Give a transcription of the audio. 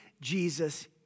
Jesus